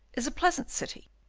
is a pleasant city,